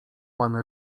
pan